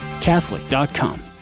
Catholic.com